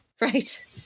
right